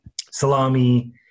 salami